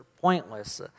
pointless